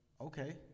okay